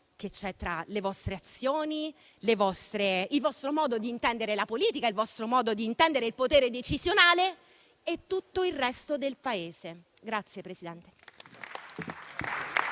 che c'è tra voi, le vostre azioni, il vostro modo di intendere la politica, il vostro modo di intendere il potere decisionale e tutto il resto del Paese.